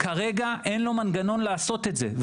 כרגע אין לו מנגנון לעשות את זה.